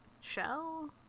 shell